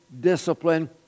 discipline